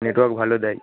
network ভালো দেয়